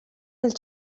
als